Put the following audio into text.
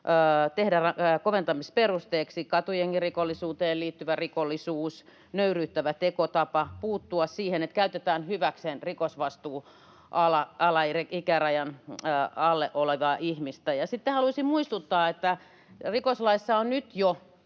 tehdä koventamisperusteeksi katujengirikollisuuteen liittyvä rikollisuus ja nöyryyttävä tekotapa ja puuttua siihen, että käytetään hyväksi rikosvastuun ikärajan alle olevaa ihmistä. Sitten haluaisin muistuttaa, että rikoslaissa on nyt jo